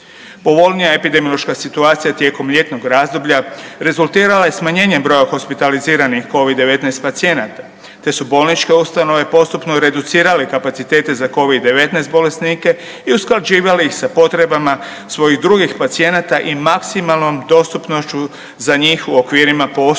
Povoljnija epidemiološka situacija tijekom ljetnog razdoblja rezultirala je smanjenjem broja hospitaliziranih Covid-19 pacijenata te su bolničke ustanove postupno reducirale kapacitete za Covid-19 bolesnike i usklađivali ih sa potrebama svojih drugih pacijenata i maksimalnom dostupnošću za njih u okvirima postojećih